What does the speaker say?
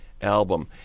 album